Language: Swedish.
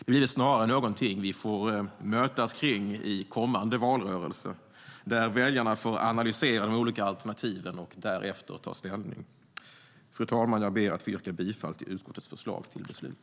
Det blir väl snarare någonting vi får mötas om i kommande valrörelse, där väljarna får analysera de olika alternativen och därefter ta ställning. Fru talman! Jag yrkar bifall till utskottets förslag till beslut.